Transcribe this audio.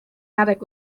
attic